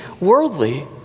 worldly